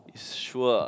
is sure